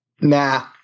Nah